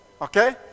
Okay